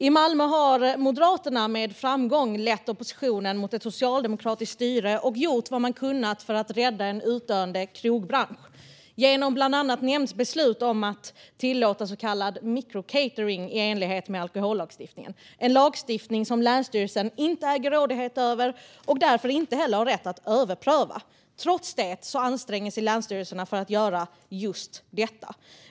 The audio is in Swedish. I Malmö har Moderaterna med framgång lett oppositionen mot ett socialdemokratiskt styre och gjort vad man kunnat för att rädda en utdöende krogbransch, genom bland annat beslut om att tillåta så kallad mikrocatering i enlighet med alkohollagstiftningen. Det är en lagstiftning som länsstyrelsen inte äger rådighet över och därför inte heller har rätt att överpröva. Trots det anstränger sig länsstyrelsen för att göra just detta.